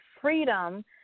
Freedom